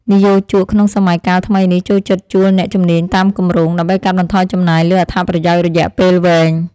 និយោជកក្នុងសម័យកាលថ្មីនេះចូលចិត្តជួលអ្នកជំនាញតាមគម្រោង ដើម្បីកាត់បន្ថយចំណាយលើអត្ថប្រយោជន៍រយៈពេលវែង។